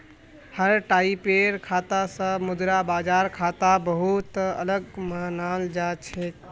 हर टाइपेर खाता स मुद्रा बाजार खाता बहु त अलग मानाल जा छेक